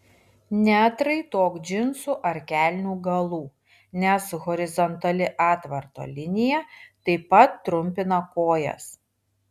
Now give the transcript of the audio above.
neatraitok džinsų ar kelnių galų nes horizontali atvarto linija taip pat trumpina kojas